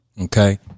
Okay